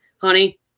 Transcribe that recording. honey